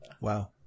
Wow